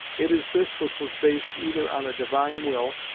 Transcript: it is this which was based, either on a divine will,